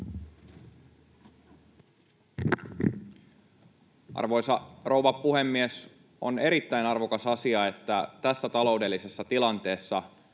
Arvoisa rouva puhemies! On erittäin arvokas asia, että tässä taloudellisessa tilanteessa